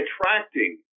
attracting